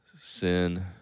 sin